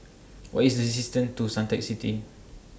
What IS The distance to Suntec City